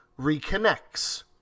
reconnects